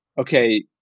okay